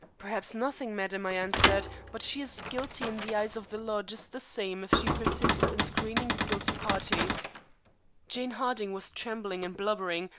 perhaps nothing, madam i answered but she is guilty in the eyes of the law just the same if she persists in screening the guilty parties jane harding was trembling and blubbering,